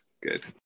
good